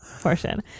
portion